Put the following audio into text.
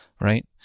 right